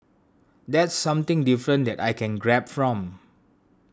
that's something different that I can grab from